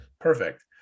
perfect